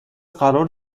قرار